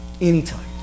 anytime